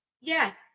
yes